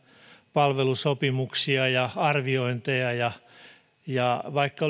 palvelusopimuksia ja arviointeja ja ja vaikka